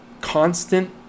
constant